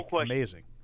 amazing